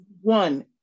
one